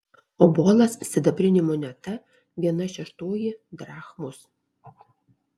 obolas sidabrinė moneta viena šeštoji drachmos